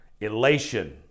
elation